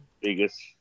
biggest